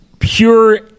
Pure